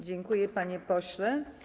Dziękuję, panie pośle.